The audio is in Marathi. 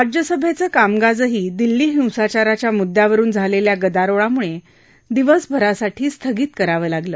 राज्यसभद्धकामकाजही दिल्ली हिंसाचाराच्या मुद्यावरून झालख्खा गदारोळामुळदिवसभरासाठी स्थगित करावं लागलं